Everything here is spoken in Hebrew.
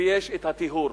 ויש הטיהור.